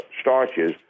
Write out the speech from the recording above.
starches